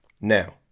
Now